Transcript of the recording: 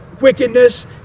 wickedness